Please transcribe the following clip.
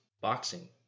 boxing